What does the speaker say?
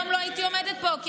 לא הייתי עומדת פה היום,